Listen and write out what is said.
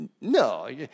No